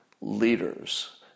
leaders